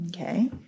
Okay